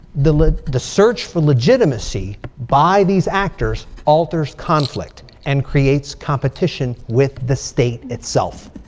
the the search for legitimacy by these actors alters conflict and creates competition with the state itself.